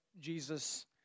Jesus